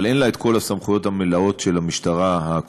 אבל אין לה כל הסמכויות המלאות של המשטרה הכחולה,